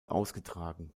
ausgetragen